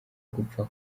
gupfa